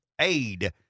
aid